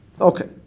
Okay